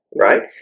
Right